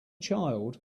child